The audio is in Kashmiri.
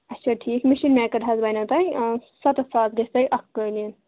اَچھا ٹھیٖک مِشیٖن میکٕڈ حظ بَنیو تۄہہِ سَتَتھ ساس گژھِ تۄہہِ اَکھ قٲلیٖن